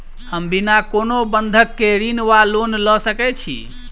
हम बिना कोनो बंधक केँ ऋण वा लोन लऽ सकै छी?